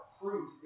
fruit